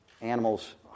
animals